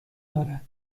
دارد